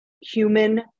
human